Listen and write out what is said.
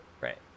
right